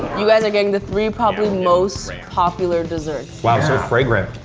you guys are getting the three probably most popular desserts. wow so fragrant!